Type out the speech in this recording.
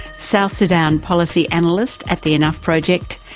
south sudan policy analyst at the enough project,